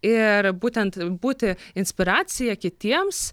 ir būtent būti inspiracija kitiems